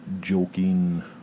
joking